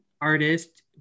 artist